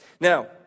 Now